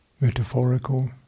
metaphorical